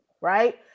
right